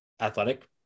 athletic